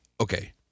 Okay